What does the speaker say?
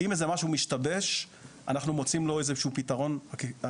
אם איזה משהו משתבש אנחנו מוצאים לה איזה שהוא פתרון אחר,